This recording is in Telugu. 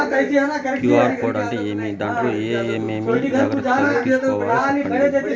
క్యు.ఆర్ కోడ్ అంటే ఏమి? దాంట్లో ఏ ఏమేమి జాగ్రత్తలు తీసుకోవాలో సెప్పండి?